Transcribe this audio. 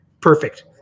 perfect